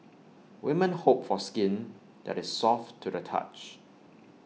women hope for skin that is soft to the touch